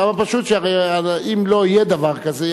מהטעם הפשוט שהרי אם לא יהיה דבר כזה,